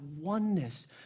oneness